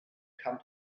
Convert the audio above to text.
come